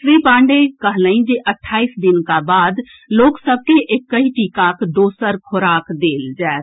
श्री पांडेय कहलनि जे अट्ठाईस दिनुका बाद लोक सभ के एकहि टीकाक दोसर खोराक देल जाएत